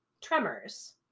Tremors